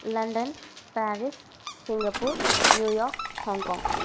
London Paris Singapore New York Hong Kong